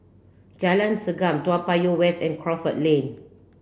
Jalan Segam Toa Payoh West and Crawford Lane